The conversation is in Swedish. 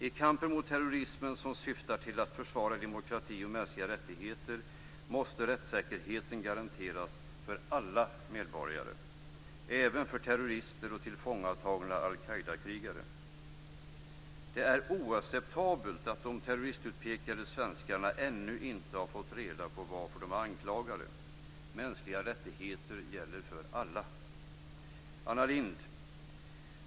I kampen mot terrorismen, som syftar till att försvara demokrati och mänskliga rättigheter, måste rättssäkerheten garanteras för alla medborgare, även för terrorister och tillfångatagna al-Qaida krigare. Det är oacceptabelt att de terroristutpekade svenskarna ännu inte har fått reda på varför de är anklagade. Mänskliga rättigheter gäller för alla. Anna Lindh!